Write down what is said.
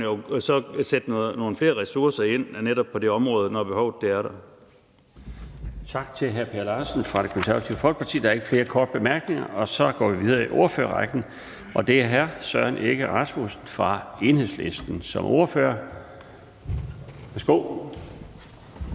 sætte nogle flere ressourcer ind netop på det område, når behovet er der.